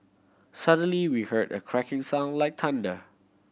suddenly we heard a cracking sound like thunder